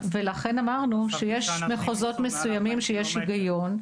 נכון, ולכן אמרנו שיש מחוזות מסוימים שיש היגיון.